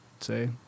say